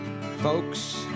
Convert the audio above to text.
Folks